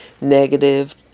negative